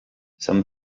some